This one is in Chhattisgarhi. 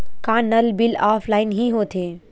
का नल बिल ऑफलाइन हि होथे?